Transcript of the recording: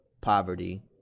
poverty